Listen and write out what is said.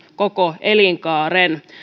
koko elinkaaren